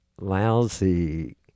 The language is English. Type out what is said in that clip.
lousy